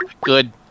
Good